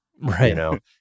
right